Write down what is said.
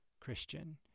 Christian